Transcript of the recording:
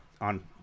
On